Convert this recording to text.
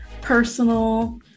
personal